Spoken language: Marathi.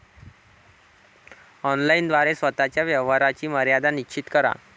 ऑनलाइन द्वारे स्वतः च्या व्यवहाराची मर्यादा निश्चित करा